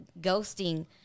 ghosting